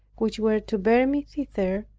which were to bear me thither,